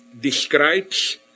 describes